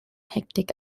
hektik